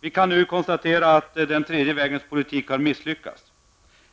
Vi kan nu konstatera att den tredje vägens politik har misslyckats.